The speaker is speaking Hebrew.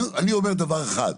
אני אומר דבר אחד,